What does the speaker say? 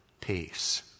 peace